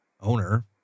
owner